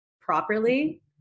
properly